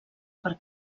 per